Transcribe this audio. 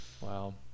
Wow